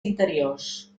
interiors